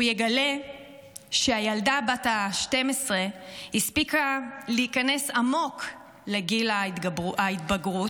הוא יגלה שהילדה בת ה-12 הספיקה להיכנס עמוק לגיל ההתבגרות.